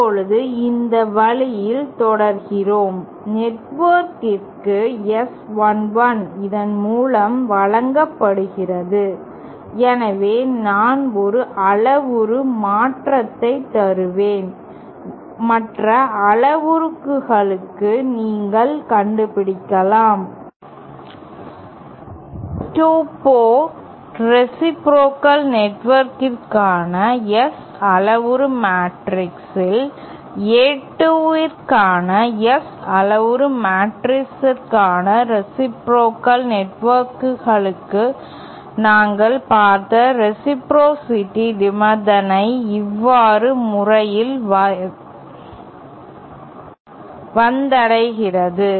இப்போது இந்த வழியில் தொடர்கிறோம் நெட்வொர்க்கிற்கு S 11 இதன் மூலம் வழங்கப்படுகிறது எனவே நான் ஒரு அளவுரு மாற்றத்தை தருவேன் மற்ற அளவுருக்களுக்கு நீங்கள் கண்டுபிடிக்கலாம் 2 போர்ட் ரேசிப்ரோகல் நெட்வொர்க்கிற்கான S அளவுரு மேட்ரிக்ஸில் A2 க்கான S அளவுரு மேட்ரிக்ஸிற்கான ரேசிப்ரோகல் நெட்வொர்க்குகளுக்கு நாங்கள் பார்த்த ரேசிப்ரோசிட்டி நிபந்தனை இவ்வுறவு முறையில் வந்தடைகிறது